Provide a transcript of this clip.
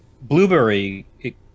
blueberry